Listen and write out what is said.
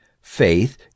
Faith